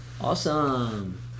Awesome